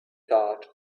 thought